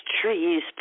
trees